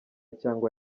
cyangwa